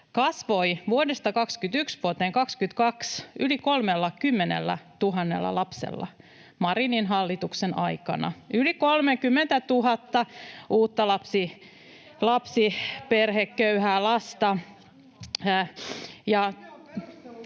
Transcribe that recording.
kasvoi vuodesta 21 vuoteen 22 yli 30 000 lapsella Marinin hallituksen aikana — yli 30 000 uutta köyhää lasta.